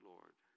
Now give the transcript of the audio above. Lord